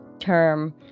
term